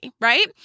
right